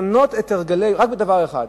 רק בדבר אחד,